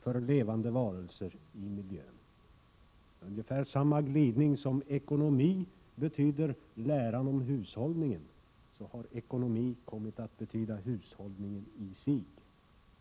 för levande varelser i miljön. Det är ungefär samma glidning i ordet ekonomi, som betyder läran om hushållning men som har kommit att betyda hushållningen i sig.